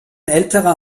älterer